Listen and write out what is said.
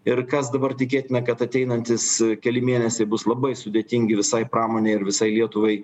ir kas dabar tikėtina kad ateinantys keli mėnesiai bus labai sudėtingi visai pramonei ir visai lietuvai